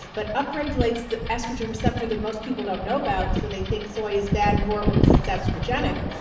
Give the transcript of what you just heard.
but up regulates the estrogen receptor that most people don't know about so they think soy is bad and horrible because it's estrogenic,